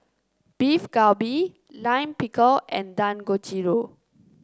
Beef Galbi Lime Pickle and Dangojiru